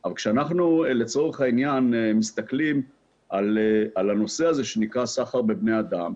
אבל כשאנחנו לצורך העניין מסתכלים על הנושא הזה שנקרא סחר בבני אדם,